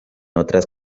otras